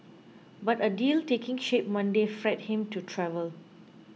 but a deal taking shape Monday freed him to travel